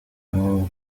com